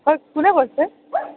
হয় কোনে কৈছে